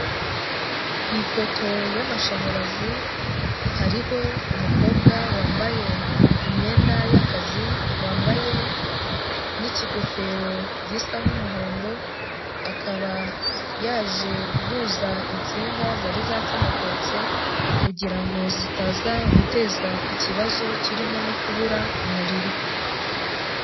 Ku ipoto y'amashanyarazi, hariho umukobwa wambaye imyenda y'akazi, wambaye n'ikigofero gisa nk'umuhondo, akaba yaje guhuza insinga zari zacomokotse kugira ngo zitaza guteza ikibazo kirimo no kubura umuriro.